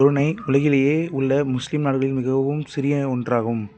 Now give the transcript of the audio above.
Brunei உலகிலேயே உள்ள முஸ்லிம் நாடுகளில் மிகவும் சிறிய ஒன்றாகும்